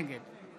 נגד